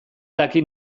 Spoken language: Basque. dakit